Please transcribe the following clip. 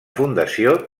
fundació